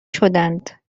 شدند